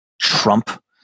Trump